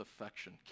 affection